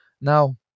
Now